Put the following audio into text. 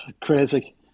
Crazy